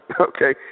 okay